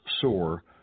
sore